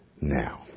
now